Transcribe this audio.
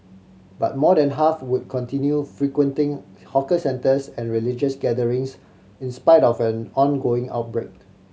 but more than half would continue frequenting hawker centres and religious gatherings in spite of an ongoing outbreak